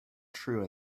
true